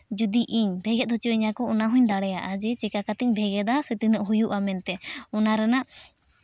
ᱡᱩᱫᱤ ᱤᱧ ᱵᱷᱮᱜᱮᱫ ᱦᱚᱪᱚᱭᱤᱧᱟᱹ ᱠᱚ ᱚᱱᱟᱦᱩᱧ ᱫᱟᱲᱭᱟᱜᱼᱟ ᱡᱮ ᱪᱮᱠᱟ ᱠᱟᱛᱮᱧ ᱵᱷᱮᱜᱮᱫᱟ ᱥᱮ ᱛᱤᱱᱟᱹᱜ ᱦᱩᱭᱩᱜᱼᱟ ᱢᱮᱱᱛᱮ ᱚᱱᱟ ᱨᱮᱱᱟᱜ